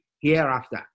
hereafter